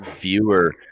viewer